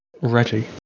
Ready